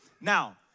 Now